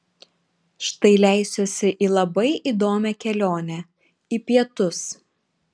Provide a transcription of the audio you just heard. štai leisiuosi į labai įdomią kelionę į pietus